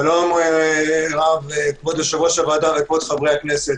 שלום רב לכבוד יושב-ראש הוועדה, כבוד חברי הכנסת.